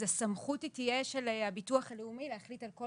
אז הסמכות היא תהיה של הביטוח הלאומי להחליט על כל